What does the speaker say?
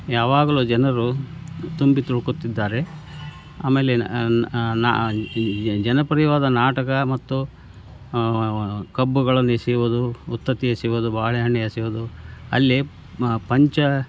ಯಾವಾಗಲೂ ಜನರು ತುಂಬಿ ತುಳುಕುತ್ತಿದ್ದಾರೆ ಆಮೇಲೆ ನ ನ ನ ಜನಪ್ರಿಯವಾದ ನಾಟಕ ಮತ್ತು ಕಬ್ಬುಗಳನ್ನು ಎಸಿಯುವುದು ಉತ್ತತ್ತಿ ಎಸಿಯುವುದು ಬಾಳೆಹಣ್ಣು ಎಸಿಯುದು ಅಲ್ಲೇ ಪಂಚ